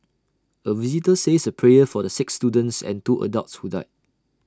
A visitor says A prayer for the six students and two adults who died